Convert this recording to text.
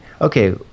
okay